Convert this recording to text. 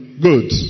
Good